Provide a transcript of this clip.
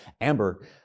Amber